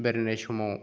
बेरायनाय समाव